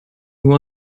nur